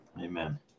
Amen